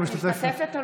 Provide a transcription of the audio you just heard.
לא משתתפת?